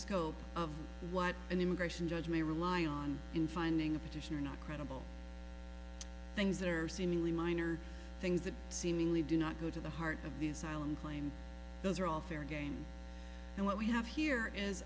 scope of what an immigration judge may rely on in finding a petitioner not credible things that are seemingly minor things that seemingly do not go to the heart of the asylum claim those are all fair game and what we have here is